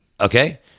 Okay